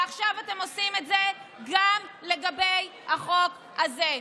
עכשיו אתם עושים את זה גם לגבי החוק הזה.